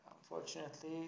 unfortunately